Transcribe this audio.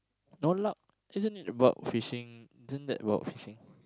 no luck isn't it about fishing isn't that about fishing